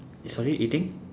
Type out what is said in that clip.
sorry eating